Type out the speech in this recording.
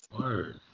Word